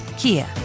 Kia